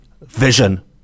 vision